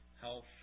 health